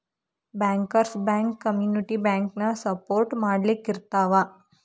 bankers bank community ಬ್ಯಾಂಕನ support ಮಾಡ್ಲಿಕ್ಕಿರ್ತಾವ